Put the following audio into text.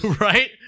Right